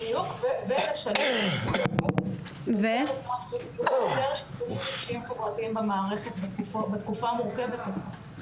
ולשלב יותר מפגשים חברתיים במערכת בתקופה המורכבת הזו,